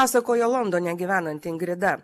pasakojo londone gyvenanti ingrida